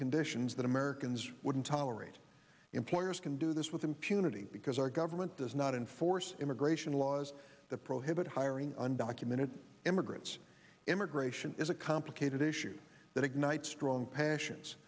conditions that americans wouldn't tolerate employers can do this with impunity because our government does not enforce immigration laws that prohibit hiring undocumented immigrants immigration is a complicated issue that ignites strong passions